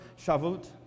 Shavuot